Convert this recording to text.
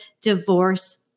Divorce